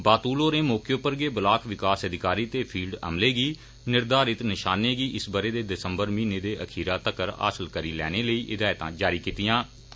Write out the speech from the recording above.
बातूल होरें मौके पर गै ब्लाक विकास अधिकारी ते फील्ड अमले गी निर्घारत नशाने गी इस बरे दे दिसम्बर महीने दे अखीरा तक्कर हासल करनी लैने लेई हिदायता जारी कीतिआं